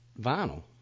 vinyl